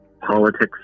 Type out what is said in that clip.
politics